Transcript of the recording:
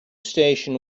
station